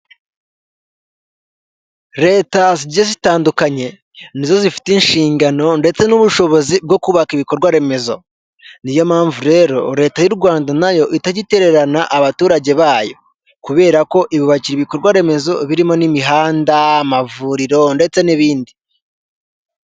Leta zigiye zitandukanye nizo zifite inshingano ndetse n'ubushobozi bwo kubaka ibikorwaremezo, niyo mpamvu rero leta y'u Rwanda nayo itajya itererana abaturage bayo, kubera ko ibakira ibikorwaremezo birimo n'imihanda, amavuriro ndetse n'ibindi.